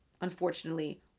unfortunately